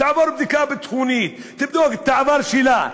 אדוני היושב-ראש,